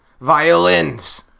Violins